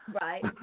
Right